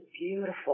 beautiful